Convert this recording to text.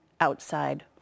outside